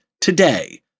today